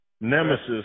nemesis